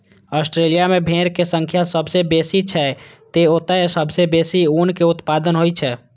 Australia मे भेड़क संख्या सबसं बेसी छै, तें ओतय सबसं बेसी ऊनक उत्पादन होइ छै